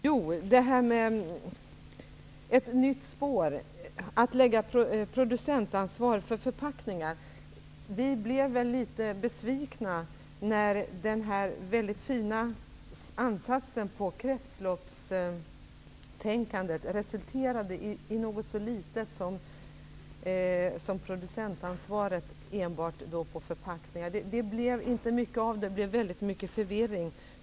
När det gäller detta med ett nytt spår blev vi litet besvikna när den väldigt fina ansatsen på kretsloppstänkandet resulterade i något så litet som ett producentansvar för förpackningar. Det medförde stor förvirring.